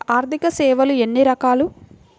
ఆర్థిక సేవలు ఎన్ని రకాలు?